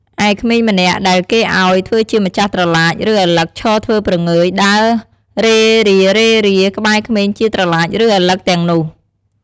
ឯក្មេងម្នាក់ដែលគេឲ្យ ធ្វើជាម្ចាស់ត្រឡាច ឬឪឡឹកឈរធ្វើព្រងើយ ដើររេរាៗ ក្បែរក្មេងជាត្រឡាច ឬ ឪឡឹកទាំងនោះ។